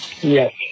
Yes